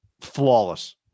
flawless